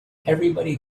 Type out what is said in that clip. everybody